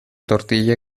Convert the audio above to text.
tortilla